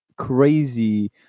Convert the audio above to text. crazy